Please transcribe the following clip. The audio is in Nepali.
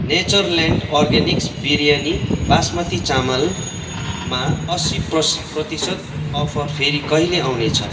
नेचरल्यान्ड अर्ग्यानिक्स बिरयानी बासमती चामलमा असी प्रतिशत अफर फेरि कहिले आउने छ